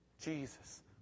Jesus